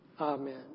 Amen